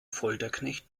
folterknecht